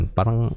Parang